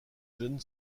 jeune